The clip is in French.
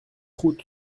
route